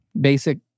basic